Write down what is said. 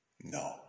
No